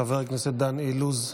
חבר הכנסת דן אילוז,